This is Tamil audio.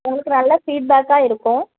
உங்களுக்கு நல்ல ஃபீட்பேக்காக இருக்கும்